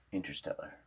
Interstellar